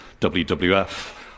WWF